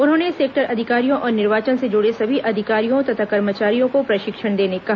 उन्होंने सेक्टर अधिकारियों और निर्वाचन से जुड़े सभी अधिकारियों तथा कर्मचारियों को प्रशिक्षण देने कहा